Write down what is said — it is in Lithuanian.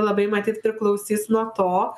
labai matyt priklausys nuo to